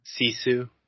Sisu